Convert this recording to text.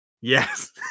Yes